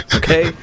okay